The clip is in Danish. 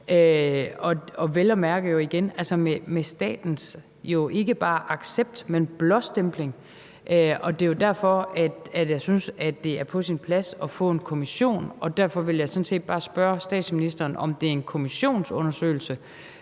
og vel at mærke er det jo igen med statens ikke bare accept, men blåstempling. Det er jo derfor, jeg synes, at det er på sin plads at få en kommission, og derfor vil jeg sådan set bare spørge statsministeren, om det er en kommissionsundersøgelse,